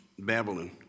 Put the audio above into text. Babylon